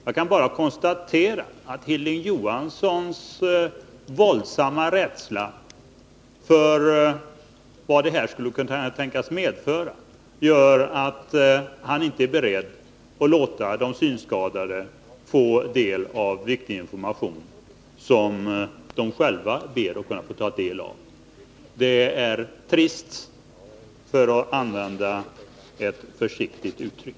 Jag kan bara konstatera att Hilding Johanssons våldsamma rädsla för vad det här skulle kunna tänkas medföra gör att han inte är beredd att låta de synskadade få del av v;ztig information, som de själva ber att få del av. Det är trist, för att använda ett försiktigt uttryck.